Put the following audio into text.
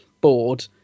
board